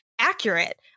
accurate